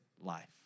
life